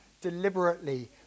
deliberately